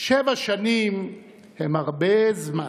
שבע שנים הן הרבה זמן,